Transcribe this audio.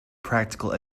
practical